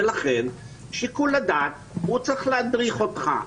ולכן שיקול הדעת צריך להדריך אותך,